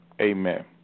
Amen